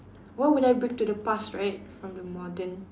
what would I bring to the past right from the modern